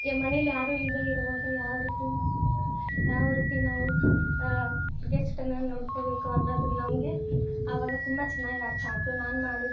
A ಮನೇಲಿ ಯಾರೂ ಇಲ್ಲದೆ ಇರುವಾಗ ಯಾವ ರೀತಿ ಯಾವ ರೀತಿ ನಾವು ಗೆಸ್ಟನ್ನು ನೊಡ್ಕೊಳ್ಬೇಕು ಅನ್ನೋದು ನಮಗೆ ಆವಾಗ ತುಂಬ ಚೆನ್ನಾಗಿ ಅರ್ಥ ಆಯ್ತು ನಾನು ಮಾಡಿದ್ದ